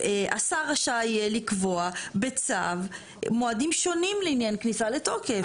השר רשאי לקבוע בצו מועדים שונים לעניין כניסה לתוקף.